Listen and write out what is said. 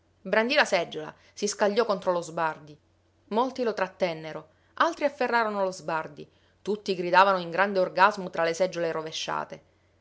brandì la seggiola si scagliò contro lo sbardi molti lo trattennero altri afferrarono lo sbardi tutti gridavano in grande orgasmo tra le seggiole rovesciate